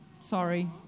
Sorry